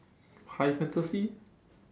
high fantasy